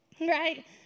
right